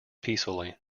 peacefully